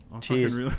Cheers